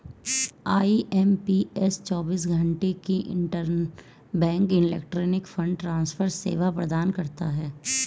IMPS चौबीस घंटे की इंटरबैंक इलेक्ट्रॉनिक फंड ट्रांसफर सेवा प्रदान करता है